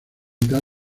mitad